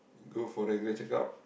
go for medical checkup